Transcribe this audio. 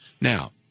Now